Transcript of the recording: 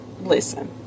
listen